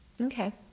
okay